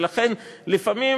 ולכן לפעמים